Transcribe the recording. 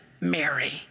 Mary